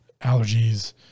allergies